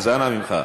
אז אנא ממך.